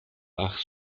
ach